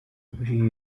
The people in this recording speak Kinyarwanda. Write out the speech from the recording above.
muri